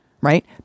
right